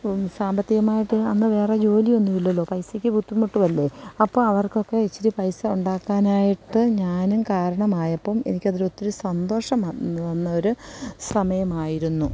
സാമ്പത്തികമായിട്ട് അന്നു വേറെ ജോലി ഒന്നും ഇല്ലല്ലോ പൈസയ്ക്ക് ബുദ്ധിമുട്ടുമല്ലേ അപ്പം അവർക്കൊകെ ഇച്ചിരി പൈസ ഉണ്ടാക്കാനായിട്ട് ഞാനും കാരണമായപ്പം എനിക്കതൊരു ഒത്തിരി സന്തോഷം വ വന്നൊരു സമയമായിരുന്നു